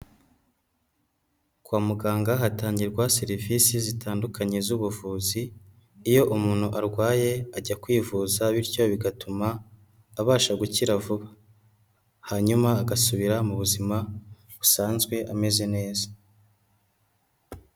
Kwa muganga hatangirwa serivisi zitandukanye z'ubuvuzi, iyo umuntu arwaye ajya kwivuza bityo bigatuma abasha gukira vuba, hanyuma agasubira mu buzima busanzwe ameze neza.